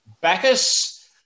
Bacchus